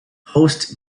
host